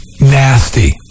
nasty